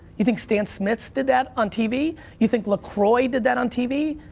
you think stan smith's did that on tv? you think lacroix did that on tv?